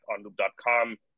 onloop.com